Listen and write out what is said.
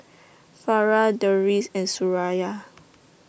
Farah Deris and Suraya